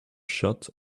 shut